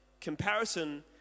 comparison